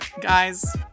Guys